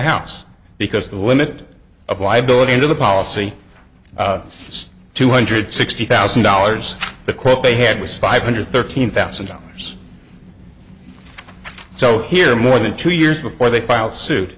house because the limit of liability into the policy just two hundred sixty thousand dollars the quote they had was five hundred thirteen thousand dollars so here more than two years before they file suit